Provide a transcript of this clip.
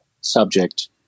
subject